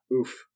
oof